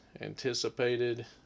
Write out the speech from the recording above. anticipated